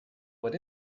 what